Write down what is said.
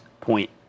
point